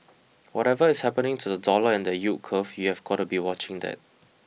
whatever is happening to the dollar and the yield curve you've got to be watching that